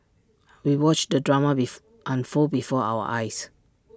we watched the drama be unfold before our eyes